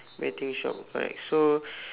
betting shop correct so